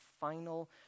final